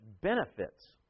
benefits